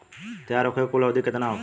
तैयार होखे के कुल अवधि केतना होखे?